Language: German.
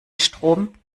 strom